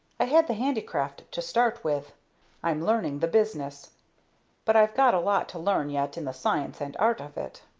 i had the handicraft to start with i'm learning the business but i've got a lot to learn yet in the science and art of it.